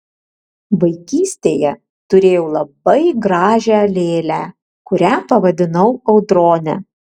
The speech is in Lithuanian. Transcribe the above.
vaikystėje turėjau labai gražią lėlę kurią pavadinau audrone